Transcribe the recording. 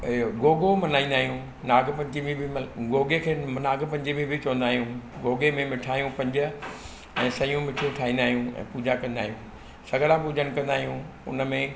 इहो गोगो मनाईंदा आहियूं नाग पंचमी बि मना गोगे खे नाग पंचमी बि चवंदा आहियूं गोगे में मिठायूं पंज ऐं शयूं मिठियूं ठाहींदा आहियूं ऐं पूजा कंदा आहियूं सगिड़ा पूजन कंदा आहियूं उनमें